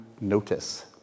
notice